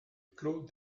clos